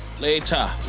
later